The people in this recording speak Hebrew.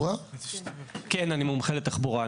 אתה מומחה לתחבורה?